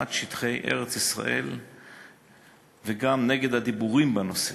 שטחי ארץ-ישראל וגם נגד הדיבורים בנושא.